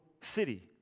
city